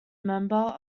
member